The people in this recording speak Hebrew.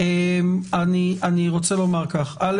בגדול אני מסכים אתך,